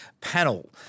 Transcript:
panel